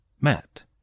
Matt